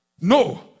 No